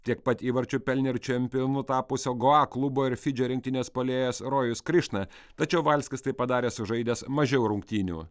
tiek pat įvarčių pelnė ir čempionu tapusio goa klubo ir fidžio rinktinės puolėjas rojus krišna tačiau valskis tai padarė sužaidęs mažiau rungtynių